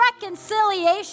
reconciliation